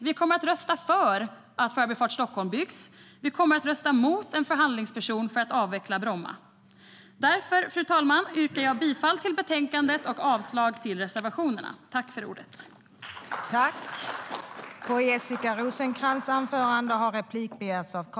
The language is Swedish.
Vi kommer att rösta för att Förbifart Stockholm byggs. Vi kommer att rösta emot en förhandlingsperson för att avveckla Bromma.